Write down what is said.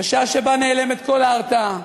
בשעה שבה נעלמת כל ההרתעה.